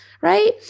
right